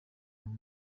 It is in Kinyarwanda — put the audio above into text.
ngo